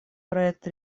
проект